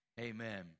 Amen